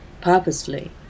purposely